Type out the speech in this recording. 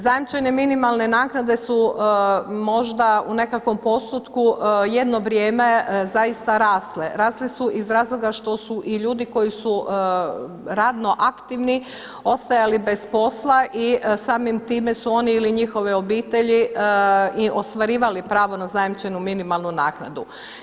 Zajamčene minimalne naknade su možda u nekakvom postotku jedno vrijeme zaista rasle, rasle su iz razloga što su i ljudi koji su radno aktivni ostajali bez posla i samim time su oni ili njihove obitelji i ostvarivali pravo na zajamčenu minimalnu naknadu.